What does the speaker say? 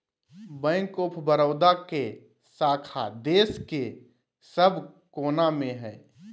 bank of Baroda के शाखा देश के सब कोना मे हय